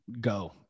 go